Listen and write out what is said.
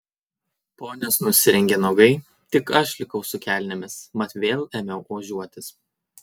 ponios nusirengė nuogai tik aš likau su kelnėmis mat vėl ėmiau ožiuotis